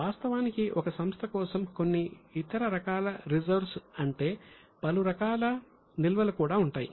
వాస్తవానికి ఒక సంస్థ కోసం కొన్ని ఇతర రకాల రిజర్వ్స్ అంటే పలురకాల నిల్వలు కూడా ఉన్నాయి